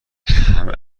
همه